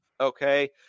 Okay